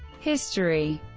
history